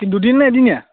দুদিন নে এদিনীয়া